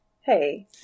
hey